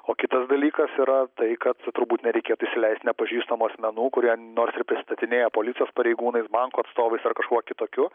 o kitas dalykas yra tai kad turbūt nereikėtų įsileist nepažįstamų asmenų kurie nors ir prisistainėja policijos pareigūnais bankų atstovais ar kažkuo kitokiu